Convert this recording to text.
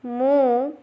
ମୁଁ